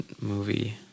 movie